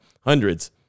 Hundreds